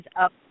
up